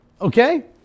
Okay